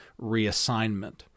reassignment